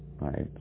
right